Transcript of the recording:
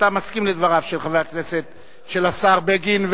אתה מסכים לדבריו של השר בגין,